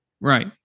Right